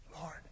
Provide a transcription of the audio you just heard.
Lord